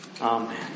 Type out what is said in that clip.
Amen